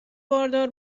باردار